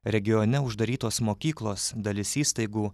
regione uždarytos mokyklos dalis įstaigų